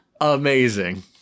Amazing